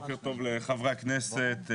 בוקר טוב לחברי הכנסת.